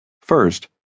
First